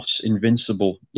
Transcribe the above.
invincible